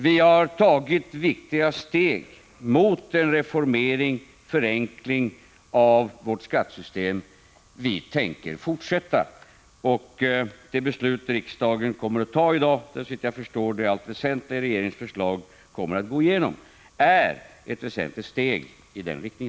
Vi har tagit viktiga steg mot en reform och förenkling av Sveriges skattesystem. Vi tänker fortsätta. Det beslut som riksdagen i dag kommer att fatta och där regeringens förslag, såvitt jag förstår, i allt väsentligt torde slå igenom är ett väsentligt steg i denna riktning.